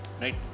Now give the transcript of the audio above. right